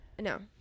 No